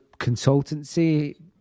consultancy